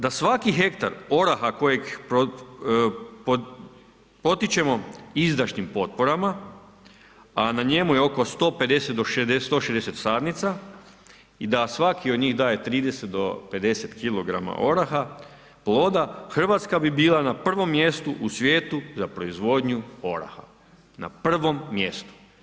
Da svaki hektar oraha kojeg potičemo izdašnim potporama a na njemu je oko 150 do 160 sadnica i da svaki od njih daje 30 do 50kg oraha ploda Hrvatska bi bila na prvom mjestu u svijetu za proizvodnju oraha, na prvom mjestu.